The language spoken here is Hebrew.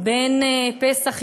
בין פסח,